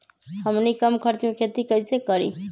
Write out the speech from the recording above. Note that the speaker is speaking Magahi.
हमनी कम खर्च मे खेती कई से करी?